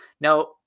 Now